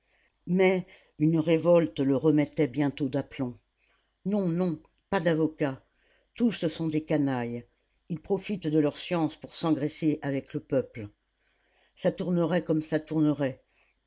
mais une révolte le remettait bientôt d'aplomb non non pas d'avocats tous sont des canailles ils profitent de leur science pour s'engraisser avec le peuple ça tournerait comme ça tournerait